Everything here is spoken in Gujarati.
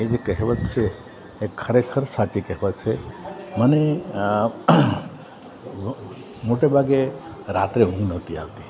એ જે કહેવત છે એ ખરેખર સાચી કહેવત છે મને મોટે ભાગે રાત્રે ઊંઘ નહોતી આવતી